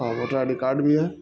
ہاں voter I D card بھی ہے